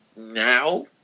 now